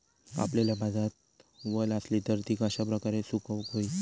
कापलेल्या भातात वल आसली तर ती कश्या प्रकारे सुकौक होई?